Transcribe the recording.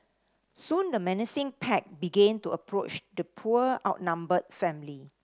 soon the menacing pack began to approach the poor outnumbered family